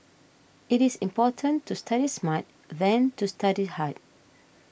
it is more important to study smart than to study hard